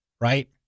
Right